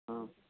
ஆ